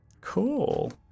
Cool